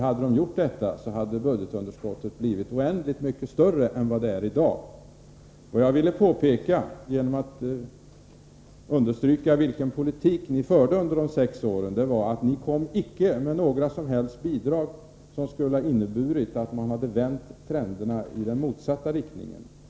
Hade de gjort detta, hade ju budgetunderskottet blivit oändligt mycket större än vad det är i dag. Genom att understryka vilken politik ni förde under de sex åren ville jag peka på att ni icke kom med några som helst bidrag till att försöka vända trenderna i den motsatta riktningen.